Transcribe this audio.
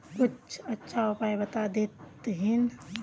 कुछ अच्छा उपाय बता देतहिन?